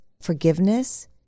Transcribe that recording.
forgiveness